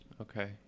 Okay